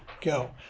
go